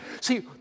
See